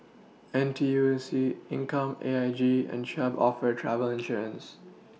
N T U C income A I G and CHubb offer travel insurance